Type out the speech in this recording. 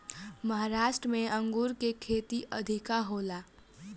महाराष्ट्र में अंगूर के खेती अधिका होला